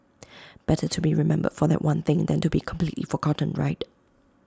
better to be remembered for that one thing than to be completely forgotten right